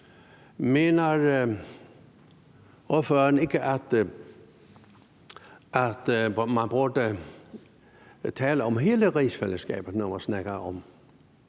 Mener ordføreren ikke, at man burde tale om hele rigsfællesskabet, når man snakker om